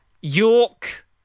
York